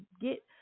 get